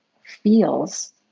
feels